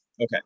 Okay